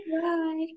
Bye